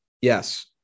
Yes